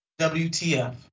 WTF